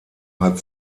hat